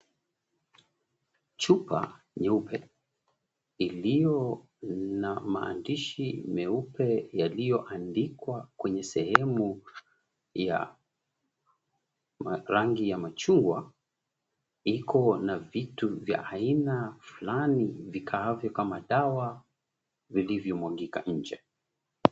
Cupa nyeupe ilio na maandishi meupe yalioandikwa kwenye sehemu ya rangi ya machungwa iko na vitu vya aina flani vikaavyo kama dawa vilivyo mwagika nje.